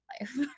life